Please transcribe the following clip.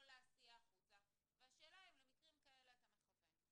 להסיע החוצה והשאלה אם למקרים כאלה אתה מכוון,